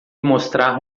mostrar